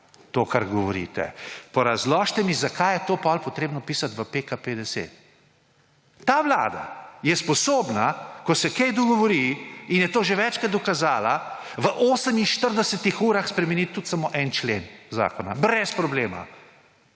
to, kar govorite. Pa razložite mi, zakaj je to potem potrebno pisati v PKP10. Ta vlada je sposobna, ko se kaj dogovori, in to je že večkrat dokazala, v 48-ih urah spremeniti tudi samo en člen zakona brez problema.